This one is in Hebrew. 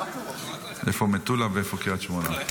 איפה מטולה ואיפה קריית שמונה.